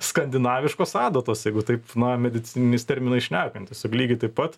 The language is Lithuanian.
skandinaviškos adatos jeigu taip na medicininiais terminais šnekant tiesiog lygiai taip pat